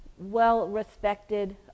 well-respected